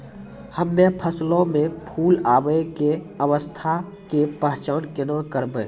हम्मे फसलो मे फूल आबै के अवस्था के पहचान केना करबै?